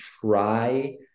try